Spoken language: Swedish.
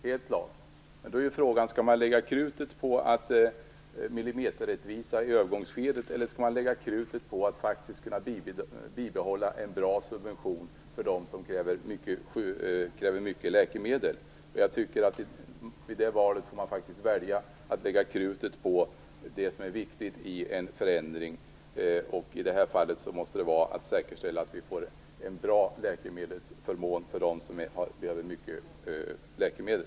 Men frågan är om man skall lägga krutet på att uppnå millimeterrättvisa i övergångsskedet eller på att faktiskt kunna bibehålla en bra subvention för dem som kräver mycket läkemedel. I det valet tycker jag att man måste välja att lägga krutet på det som är viktigt i en förändring. I det här fallet måste det vara att säkerställa att vi får en bra läkemedelsförmån för dem som behöver mycket läkemedel.